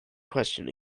question